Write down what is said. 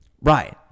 Right